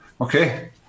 Okay